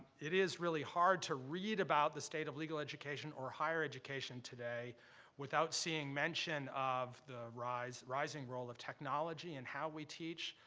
it is really hard to read about the state of legal education or higher education today without seeing mention of the rising rising role of technology in how we teach,